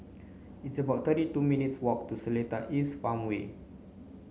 it's about thirty two minutes' walk to Seletar East Farmway